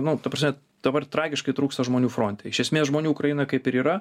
nu ta prasme dabar tragiškai trūksta žmonių fronte iš esmės žmonių ukrainoj kaip ir yra